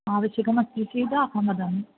आवश्यकमस्ति चेत् अहं वदामि